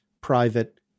private